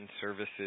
services